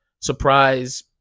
surprise